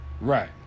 Right